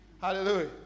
hallelujah